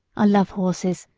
i love horses,